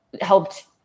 helped